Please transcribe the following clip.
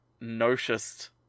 noticed